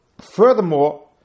furthermore